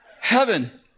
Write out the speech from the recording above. heaven